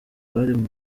bari